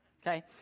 okay